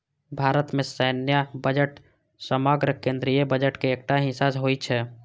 भारत मे सैन्य बजट समग्र केंद्रीय बजट के एकटा हिस्सा होइ छै